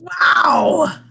Wow